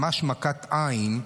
ממש מכת עין,